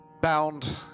bound